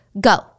Go